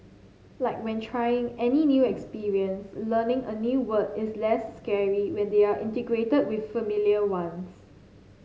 like when trying any new experience learning a new word is less scary when they are integrated with familiar ones